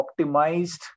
optimized